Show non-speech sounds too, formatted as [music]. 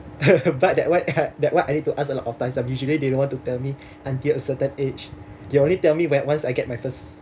[laughs] but that one that one I need to ask a lot of times usually they don't want to tell me until a certain age they only tell me when once I get my first